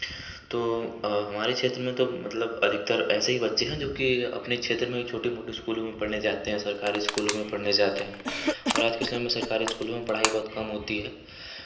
तो हमारे क्षेत्र में तो मतलब अधिकतर ऐसे ही बच्चे हैं जो कि अपने क्षेत्र में ही छोटे मोटे स्कूलों में पढ़ने जाते हैं सरकारी स्कूलों में पढ़ने जाते हैं और आज के समय में सरकारी स्कूलों में पढ़ाई बुहुत कम होती है